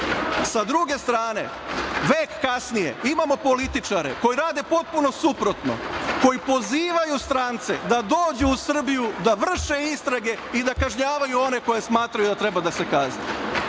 druge strane, vek kasnije imamo političare koji rade potpuno suprotno koji pozivaju strance da dođu u Srbiju da vrše istrage i da kažnjavaju one koji smatraju da treba da se kazne.